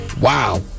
wow